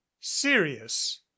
serious